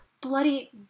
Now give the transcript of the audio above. bloody